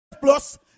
plus